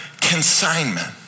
consignment